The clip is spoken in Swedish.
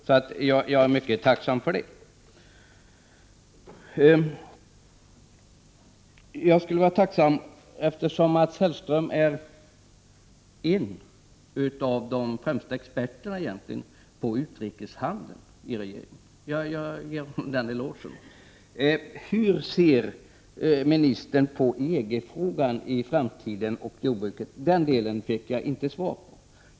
Eftersom Mats Hellström är en av de främsta experterna i regeringen på utrikeshandel — jag ger honom den elogen -— vill jag fråga: Hur ser ministern på EG-frågan och jordbruket i framtiden? I den delen fick jag inte svar.